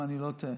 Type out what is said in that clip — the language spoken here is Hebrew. אם אני לא טועה.